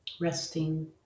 resting